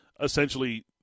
Essentially